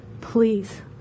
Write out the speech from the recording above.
Please